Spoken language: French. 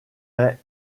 est